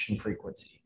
frequency